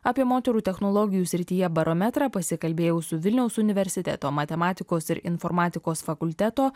apie moterų technologijų srityje barometrą pasikalbėjau su vilniaus universiteto matematikos ir informatikos fakulteto